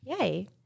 Yay